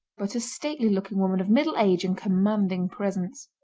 but a stately looking woman of middle age and commanding presence.